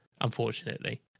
unfortunately